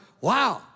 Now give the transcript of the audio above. wow